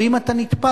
ואם אתה נתפס,